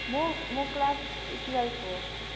म म class twelve हो